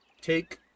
Take